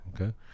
Okay